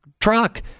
truck